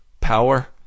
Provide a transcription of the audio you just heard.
power